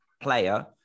player